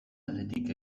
aldetik